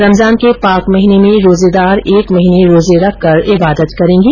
रमजान के पाक महीने में रोजेदार एक महीने रोजे रखकर इबादत करेंगे